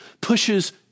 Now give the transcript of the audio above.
pushes